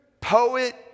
poet